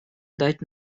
дать